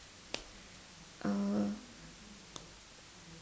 uh